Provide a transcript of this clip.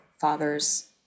father's